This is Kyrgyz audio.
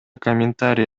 комментарий